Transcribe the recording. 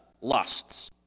lusts